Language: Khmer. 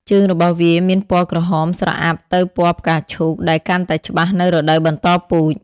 ជើងរបស់វាមានពណ៌ក្រហមស្រអាប់ទៅពណ៌ផ្កាឈូក ដែលកាន់តែច្បាស់នៅរដូវបន្តពូជ។